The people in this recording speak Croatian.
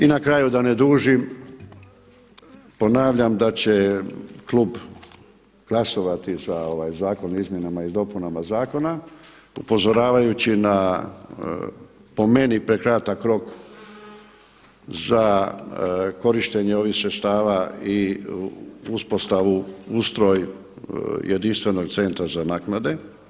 I na kraju da ne dužim, ponavljam da će klub glasovati za ovaj zakona, izmjenama i dopunama zakona, upozoravajući po meni prekratak rok za korištenje ovih sredstava i uspostavu, ustroj jedinstvenog centra za naknade.